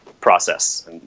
process